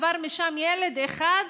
היה עובר שם ילד אחד,